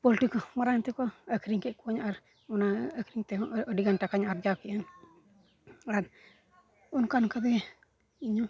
poultry ᱠᱚ ᱢᱟᱨᱟᱝ ᱮᱱᱛᱮᱠᱚ ᱟᱹᱠᱷᱨᱤᱧ ᱠᱮᱫ ᱠᱚᱣᱟᱹᱧ ᱟᱨ ᱚᱱᱟ ᱟᱹᱠᱷᱨᱤᱧ ᱛᱮᱦᱚᱸ ᱟᱹᱰᱤᱜᱟᱱ ᱴᱟᱠᱟᱧ ᱟᱨᱡᱟᱣ ᱠᱮᱜᱼᱟ ᱟᱨ ᱚᱱᱠᱟ ᱚᱱᱠᱟ ᱛᱮᱜᱮ ᱤᱧᱦᱚᱸ